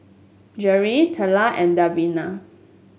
Jerrilyn Teela and Davina